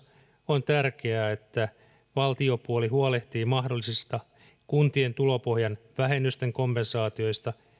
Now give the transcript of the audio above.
on tärkeää että valtiopuoli huolehtii mahdollisista kuntien tulopohjan vähennysten kompensaatioista